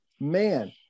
man